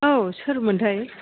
औ सोरमोनथाय